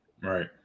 right